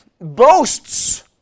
boasts